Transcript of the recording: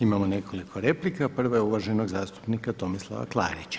Imamo nekoliko replika, prva je uvaženog zastupnika Tomislava Klarića.